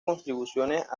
contribuciones